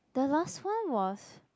the last one was